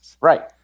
Right